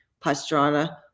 Pastrana